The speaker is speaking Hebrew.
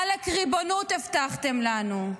עאלק ריבונות הבטחתם לנו.